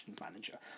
manager